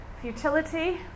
Futility